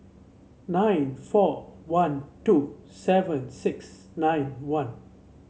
nine four one two seven six nine one